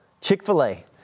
Chick-fil-A